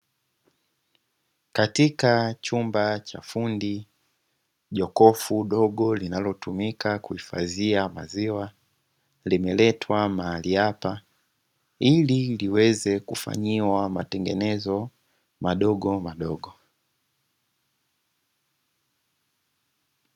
Katika chumba cha fundi, jokofu dogo linaotumika kuhifadhia maziwa, limeletwa mahali hapa, ili liweze kufanyiwa matengenezo madogomadogo.